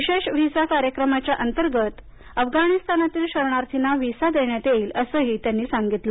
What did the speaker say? विशेष व्हिसा कार्यक्रमाच्या अंतर्गत शरणार्थीना व्हिसा देण्यात येईल असंही त्यांनी सांगितलं